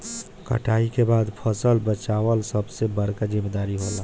कटाई के बाद फसल बचावल सबसे बड़का जिम्मेदारी होला